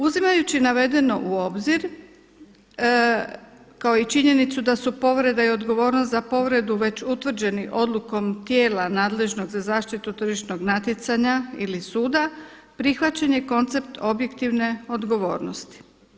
Uzimajući navedeno u obzir kao i činjenicu da su povreda i odgovornost za povredu već utvrđeni odlukom tijela nadležnog za zaštitu tržišnog natjecanja ili suda prihvaćen je koncept objektivne odgovornosti.